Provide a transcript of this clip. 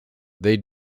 they